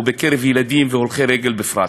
ובקרב ילדים והולכי רגל בפרט: